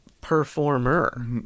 performer